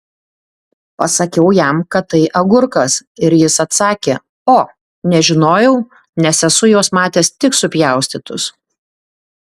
pasakiau jam kad tai agurkas ir jis atsakė o nežinojau nes esu juos matęs tik supjaustytus